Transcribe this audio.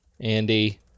Andy